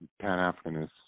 Pan-Africanist